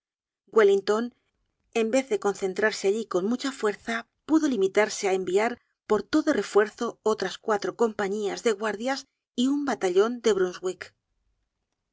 wellington en vez de concentrarse allí con mucha fuerza pudo limitarse á enviar por todo refuerzo otras cuatro compañías de guardias y un batallon de brunswick el